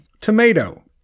Tomato